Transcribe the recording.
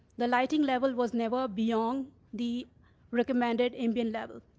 the lighting level was never beyond the recommended ambient level.